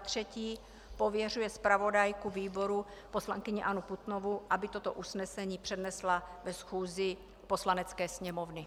3. pověřuje zpravodajku výboru poslankyni Annu Putnovou, aby toto usnesení přednesla ve schůzi Poslanecké sněmovny.